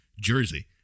jersey